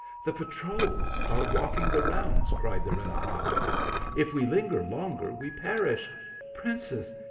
the patrols are walk ing the rounds. cried the renegado if we linger longer we perish princess,